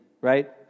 right